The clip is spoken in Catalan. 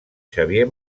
xavier